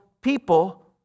people